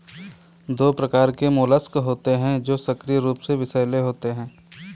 दो प्रकार के मोलस्क होते हैं जो सक्रिय रूप से विषैले होते हैं